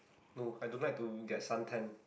no I don't like to get sun tan